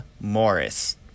Morris